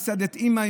מסעדת "אימא",